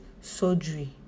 surgery